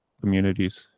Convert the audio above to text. communities